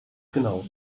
genau